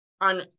on